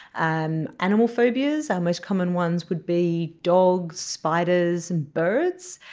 um animal phobias. our most common ones would be dogs, spiders and birds,